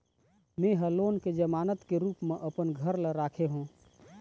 में ह लोन के जमानत के रूप म अपन घर ला राखे हों